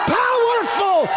powerful